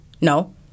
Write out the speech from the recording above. No